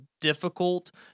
difficult